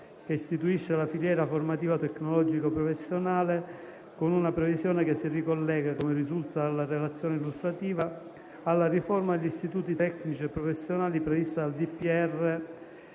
che istituisce la filiera formativa tecnologico-professionale, con una previsione che si ricollega, come risulta dalla relazione illustrativa, alla riforma degli istituti tecnici e professionali prevista dal PNRR